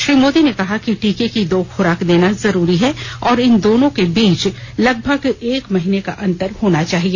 श्री मोदी ने कहा कि टीके की दो खुराक देना जरूरी है और इन दोनों के बीच लगभग एक महीने का अंतर होना चाहिए